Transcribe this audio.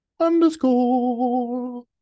underscore